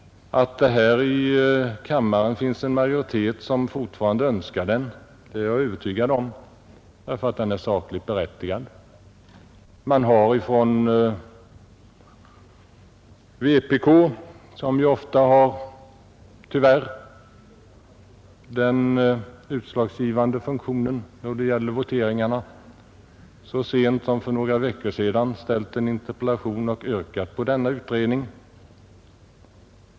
Att det här i kammaren finns en majoritet som fortfarande önskar den är jag övertygad om, eftersom den är sakligt berättigad. Från vpk, som ju tyvärr ofta har den utslagsgivande funktionen vid voteringarna, har så sent som för några veckor sedan i interpellationsdebatten yrkats på denna utredning.